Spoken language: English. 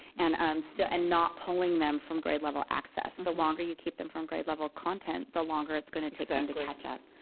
and so and not pulling them from grade-level access. and the longer you keep them from grade-level content, the longer it's gonna take them to catch up.